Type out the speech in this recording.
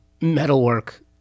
metalwork